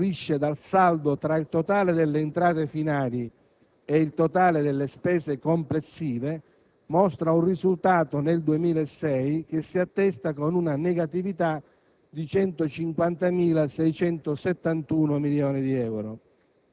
Il dato che riguarda il ricorso al mercato finanziario, che scaturisce dal saldo tra il totale delle entrate finali e il totale delle spese complessive, mostra nel 2006 un risultato che si attesta con una negatività